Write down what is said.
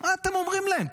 מה אתם אומרים להם?